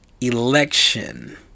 election